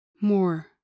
more